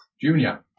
Junior